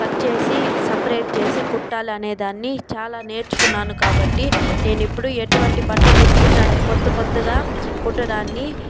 cut చేసి separate చేసి కుట్టాలి అనేదాన్ని చాలా నేర్చుకున్నాను కాబట్టి నేను ఎప్పుడు ఎటువంటి బట్టను ఇచ్చి దాన్ని కొత్త కొత్తగా కుట్టడాన్ని